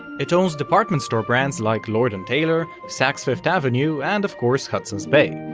it owns department store brands like lord and taylor, saks fifth avenue, and of course hudson's bay.